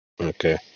Okay